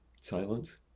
silence